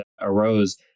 arose